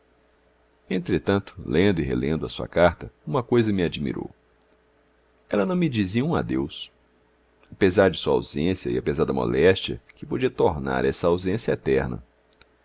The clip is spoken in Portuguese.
entretanto lendo e relendo a sua carta uma coisa me admirou ela não me dizia um adeus apesar de sua ausência e apesar da moléstia que podia tornar essa ausência eterna